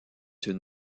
une